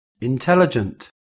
Intelligent